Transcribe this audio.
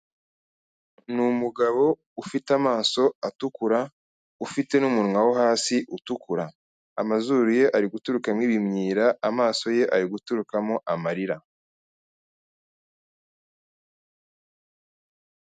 Ni umugabo ufite amaso atukura, ufite n'umunwa wo hasi utukura. Amazuru ye ari guturukamo ibimwira, amaso ye ari guturukamo amarira.